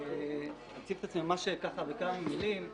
אני אציג את עצמי בכמה מילים: